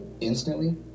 instantly